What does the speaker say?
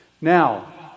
Now